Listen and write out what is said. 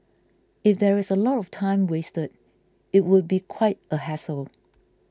if there is a lot of time wasted it would be quite a hassle